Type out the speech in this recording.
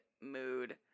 mood